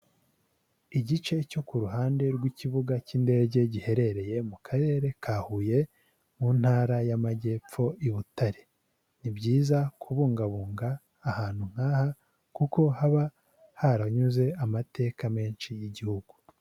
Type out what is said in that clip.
Igice cyo ku ruhande rw'ikibuga cy'indege giherereye mu Karere ka Huye mu Ntara y'Amajyepfo i Butare. Ni kubungabunga ahantu nk'aha, kuko haba haranyuze amateka menshi y'igihugu.